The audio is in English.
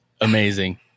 amazing